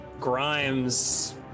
Grimes